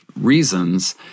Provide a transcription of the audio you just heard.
reasons